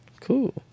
cool